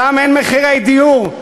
שם אין מחירי דיור,